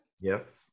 Yes